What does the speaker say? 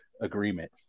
agreement